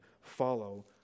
follow